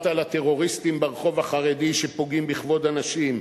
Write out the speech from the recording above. על הטרוריסטים ברחוב החרדי שפוגעים בכבוד הנשים.